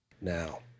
Now